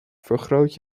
vergroot